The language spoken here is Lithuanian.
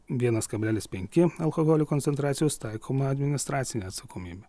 vienas kablelis penki alkoholio koncentracijos taikoma administracinė atsakomybė